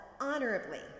honorably